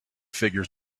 figures